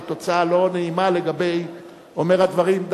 תוצאה לא נעימה לגבי אומר הדברים,